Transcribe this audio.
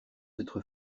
d’être